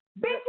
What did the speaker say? Bitch